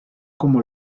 como